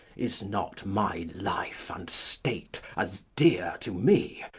is not my life and state as dear to me,